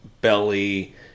belly